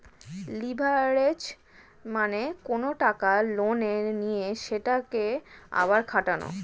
leverage মানে কোনো টাকা লোনে নিয়ে সেটাকে আবার খাটানো